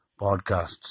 podcasts